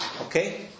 Okay